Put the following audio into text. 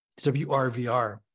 wrvr